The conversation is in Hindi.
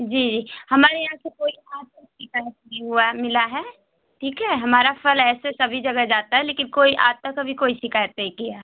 जी हमारे यहाँ से कोई आज तक शिकायत नहीं हुआ मिला है ठीक है हमारा फल ऐसे सभी जगह जाता है लेकिन कोई आज तक कभी कोई शिकायत नहीं किया